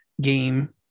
game